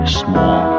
small